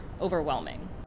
overwhelming